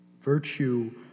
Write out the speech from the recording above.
virtue